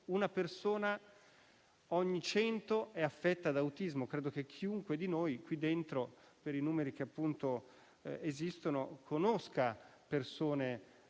una persona ogni 100 è affetta da autismo. Credo che chiunque di noi qui dentro, per i numeri che esistono, conosca persone affette